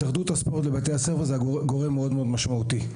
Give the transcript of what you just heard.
התאחדות הספורט בבתי-הספר זה גורם מאוד משמעותי,